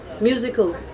musical